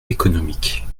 économique